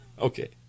Okay